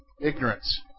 Ignorance